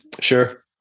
sure